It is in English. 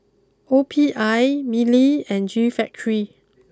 O P I Mili and G Factory